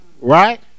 Right